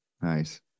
Nice